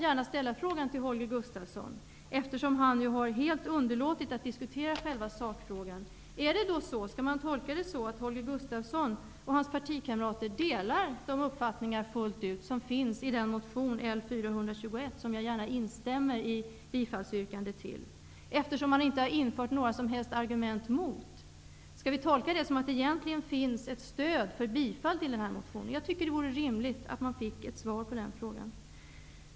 Gustafsson, som helt har undvikit att diskutera sakfrågan: Skall man tolka det så, att Holger Gustafsson och hans partikamrater fullt ut delar uppfattningarna i motion L421? Man har ju inte anfört några som helst argument emot denna motion. Skall vi tolka det så att det egentligen finns ett stöd för bifall till denna motion? Jag tycker att det vore rimligt att få ett svar på den frågan.